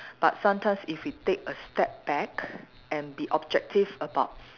but sometimes if we take a step back and be objective about